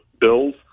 Bills